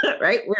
Right